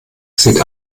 sieht